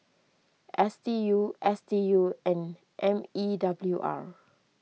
S D U S D U and M E W R